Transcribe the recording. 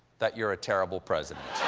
that you're a terrible president.